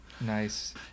Nice